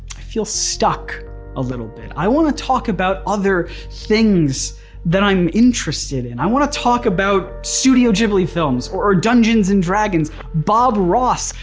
feel stuck a little bit. i wanna talk about other things that i'm interested in. i wanna talk about studio ghibli films, or dungeons and dragons, bob ross,